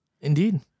indeed